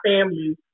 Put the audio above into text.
family